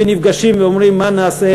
ונפגשים ואומרים: מה נעשה,